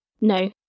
No